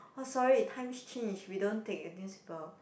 oh sorry times changed we don't take the newspaper